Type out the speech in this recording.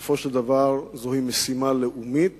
בסופו של דבר זוהי משימה לאומית,